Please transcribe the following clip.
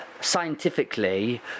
scientifically